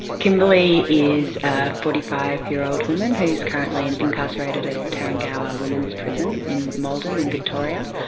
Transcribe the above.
kimberley is a forty five year old woman who is currently and incarcerated at tarrengower women's prison in maldon, in victoria.